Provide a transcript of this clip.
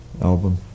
album